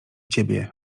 ciebie